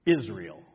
Israel